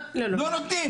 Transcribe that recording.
לא נותנים.